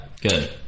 Good